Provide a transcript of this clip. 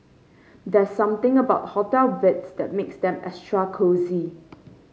there's something about hotel beds that makes them extra cosy